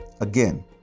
again